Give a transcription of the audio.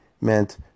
meant